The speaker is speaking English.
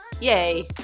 Yay